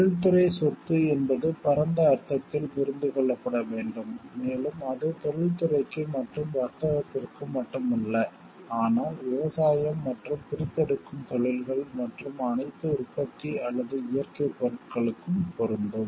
தொழில்துறை சொத்து என்பது பரந்த அர்த்தத்தில் புரிந்து கொள்ளப்பட வேண்டும் மேலும் அது தொழில்துறைக்கு மற்றும் வர்த்தகத்திற்கும் மட்டுமல்ல ஆனால் விவசாயம் மற்றும் பிரித்தெடுக்கும் தொழில்கள் மற்றும் அனைத்து உற்பத்தி அல்லது இயற்கை பொருட்களுக்கும் பொருந்தும்